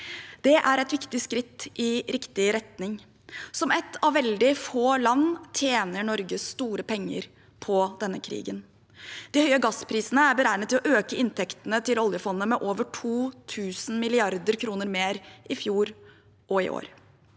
Det er et viktig skritt i riktig retning. Som et av veldig få land tjener Norge store penger på denne krigen. De høye gassprisene er beregnet til å øke inntektene til oljefondet med over 2 000 mrd. kr mer i fjor og i år.